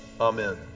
Amen